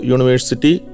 University